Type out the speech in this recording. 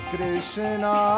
Krishna